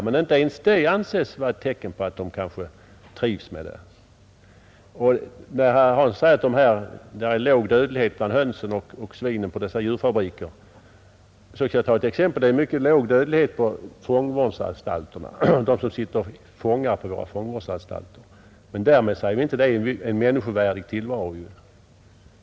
Men inte ens det anses vara ett tecken på att de trivs. Herr Hansson säger att det är låg dödlighet bland hönsen och svinen i djurfabrikerna. Jag kan ta ett annat exempel: det är mycket låg dödlighet bland fångarna på våra fångvårdsanstalter. Därmed kan inte sägas att deras tillvaro är människovärdig.